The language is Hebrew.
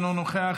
אינו נוכח,